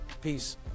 Peace